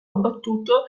abbattuto